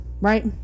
right